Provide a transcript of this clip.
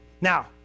Now